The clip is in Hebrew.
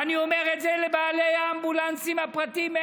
ואני אומר את זה לבעלי האמבולנסים הפרטיים,